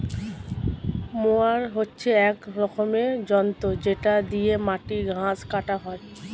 mower হচ্ছে এক রকমের যন্ত্র যেটা দিয়ে মাটির ঘাস কাটা হয়